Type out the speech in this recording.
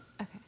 Okay